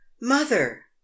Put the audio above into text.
mother